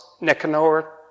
Nicanor